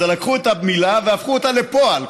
אז לקחו את המילה והפכו אותה לפועל.